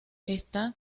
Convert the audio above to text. está